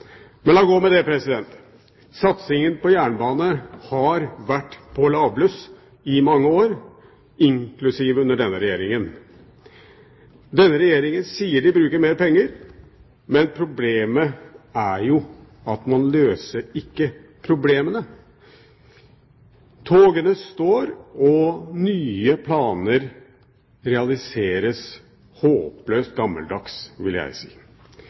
Men la gå med det. Satsingen på jernbane har vært på lavbluss i mange år, inklusiv under denne regjeringen. Denne regjeringen sier den bruker mer penger, men problemet er jo at man ikke løser problemene. Togene står, og nye planer realiseres håpløst gammeldags, vil jeg si.